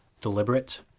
deliberate